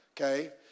okay